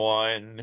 one